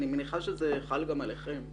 אני מניחה שזה חל גם עליכם.